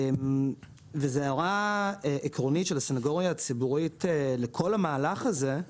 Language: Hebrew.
זו הערה עקרונית של הסניגוריה הציבורית לכל המהלך הזה.